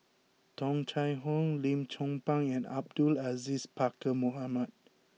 Tung Chye Hong Lim Chong Pang and Abdul Aziz Pakkeer Mohamed